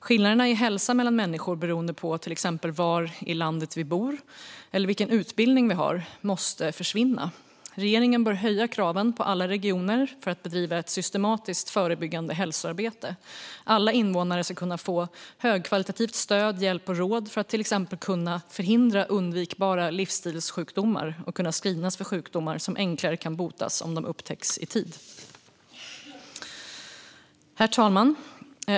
Skillnaderna i hälsa mellan människor beroende på till exempel var i landet de bor eller vilken utbildning de har måste försvinna. Regeringen bör höja kraven på alla regioner att bedriva ett systematiskt förebyggande hälsoarbete. Alla invånare ska kunna få högkvalitativt stöd, hjälp och råd för att till exempel kunna förhindra undvikbara livsstilssjukdomar och kunna screenas för sjukdomar som kan botas enklare om de upptäcks i tid. Herr talman!